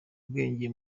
ubwenge